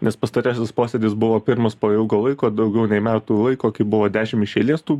nes pastarasis posėdis buvo pirmas po ilgo laiko daugiau nei metų laiko buvo dešim iš eilės tų